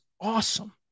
awesome